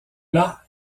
las